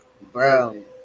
Bro